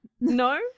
No